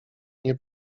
nie